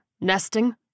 nesting